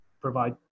provide